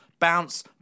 Bounce